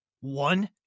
One